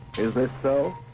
is this so?